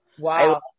Wow